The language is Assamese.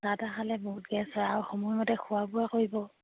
চাহ তাহ খালে বহুত গেছ হয় আৰু সময়মতে খোৱা বোৱা কৰিব